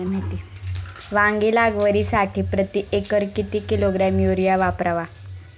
वांगी लागवडीसाठी प्रती एकर किती किलोग्रॅम युरिया वापरावा?